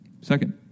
second